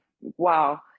Wow